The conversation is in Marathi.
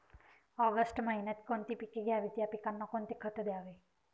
ऑगस्ट महिन्यात कोणती पिके घ्यावीत? या पिकांना कोणते खत द्यावे?